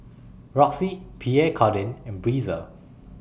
Roxy Pierre Cardin and Breezer